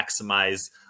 maximize